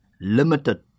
limited